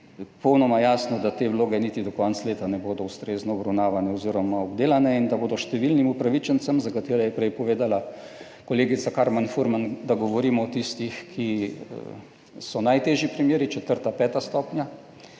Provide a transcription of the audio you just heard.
popolnoma jasno, da te vloge niti do konca leta ne bodo ustrezno obravnavane oziroma obdelane in da bodo številnim upravičencem, za katere je prej povedala kolegica Karmen Furman, da govorimo o tistih, ki so najtežji primeri, četrta, peta stopnja,